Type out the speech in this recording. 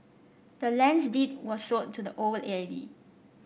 the land's deed was sold to the old lady